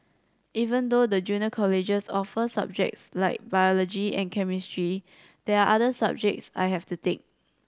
even though the junior colleges offer subjects like biology and chemistry there are other subjects I have to take